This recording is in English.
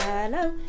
Hello